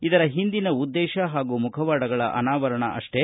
ಇದರ ಹಿಂದಿನ ಉದ್ದೇಶ ಹಾಗೂ ಮುಖವಾಡಗಳ ಅನಾವರಣ ಅಷ್ಟೇ